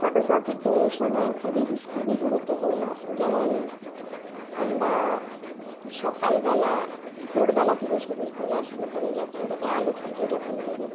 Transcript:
ফোটোগ্রাফিতে সময় খুবই খুবই গুরুত্বপূর্ণ যেমন আমরা সকালবেলা ভোরবেলা থেকে ছবি তোলা শুরু করি যখন থেকে আলো ফোটে যখন থেকে